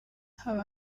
haba